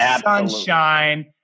sunshine